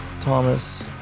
Thomas